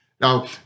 Now